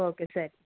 okay ಸರಿ